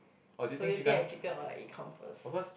so do you think a chicken or egg come first